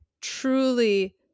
truly